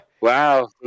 Wow